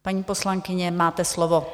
Paní poslankyně, máte slovo.